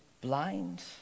blind